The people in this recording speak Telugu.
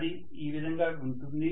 అది ఈ విధంగా ఉంటుంది